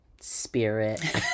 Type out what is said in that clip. spirit